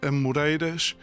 Amoreiras